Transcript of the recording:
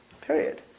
Period